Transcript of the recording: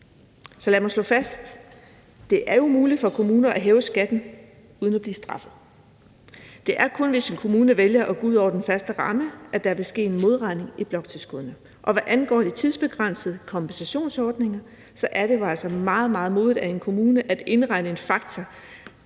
Så lad mig slå fast: Det er jo muligt for kommunerne at hæve skatten uden at blive straffet. Det er kun, hvis en kommune vælger at gå ud over den faste ramme, at der vil ske en modregning i bloktilskuddet. Hvad angår de tidsbegrænsede kompensationsordninger, er det jo altså meget, meget modigt af en kommune at indregne en faktor,